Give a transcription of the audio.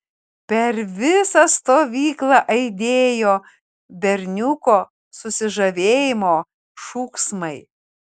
per visą stovyklą aidėjo berniuko susižavėjimo šūksmai